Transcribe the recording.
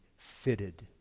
Fitted